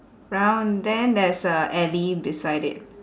brown then there's a alley beside it